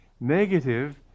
negative